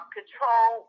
Control